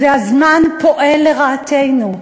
והזמן פועל לרעתנו.